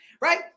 right